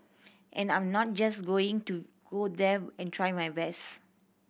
and I'm not just going to go there and try my best